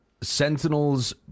sentinels